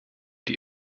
die